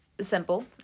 simple